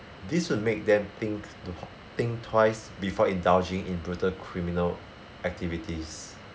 this will make them think tw~ think twice before indulging in brutal criminal activities